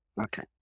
Okay